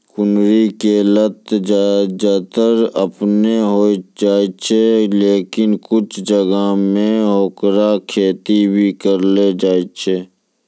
कुनरी के लत ज्यादातर आपनै होय जाय छै, लेकिन कुछ जगह मॅ हैकरो खेती भी करलो जाय छै